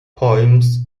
poems